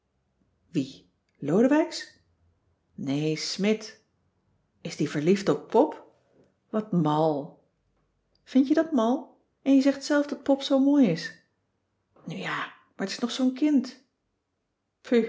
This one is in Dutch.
wie lodewijks nee smidt is die verliefd op pop wat mal vind je dat mal en je zegt zelf dat pop zoo mooi is nu ja maar t is nog zoo'n kind